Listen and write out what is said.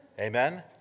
Amen